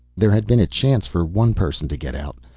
there had been a chance for one person to get out.